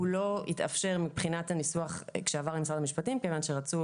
הוא לא התאפשר מבחינת הניסוח כשזה עבר למשרד המשפטים מכיוון שרצו